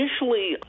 initially